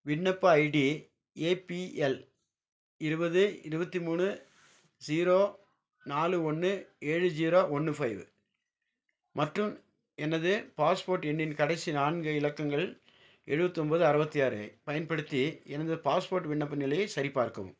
விண்ணப்ப ID APL இருபது இருபத்தி மூணு ஸீரோ நாலு ஒன்று ஏழு ஜீரோ ஒன்று ஃபைவு மற்றும் எனது பாஸ்போர்ட் எண்ணின் கடைசி நான்கு இலக்கங்கள் எழுபத்தொம்போது அறுவத்தி ஆறு பயன்படுத்தி எனது பாஸ்போர்ட் விண்ணப்ப நிலையை சரிபார்க்கவும்